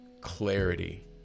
Clarity